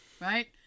Right